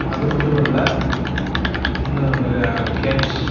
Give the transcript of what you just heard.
அது மட்டும் இல்லை இன்னும் நிறையா கேம்ஸ்